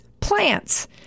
plants